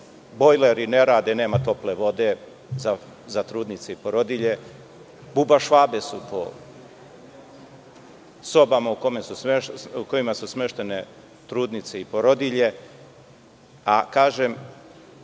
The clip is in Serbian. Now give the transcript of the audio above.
bojleri ne rade, nema tople vode za trudnice i porodilje, bubašvabe su po sobama u kojima su smeštene trudnice i porodilje.